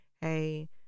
hey